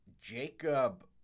Jacob –